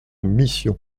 mission